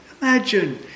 Imagine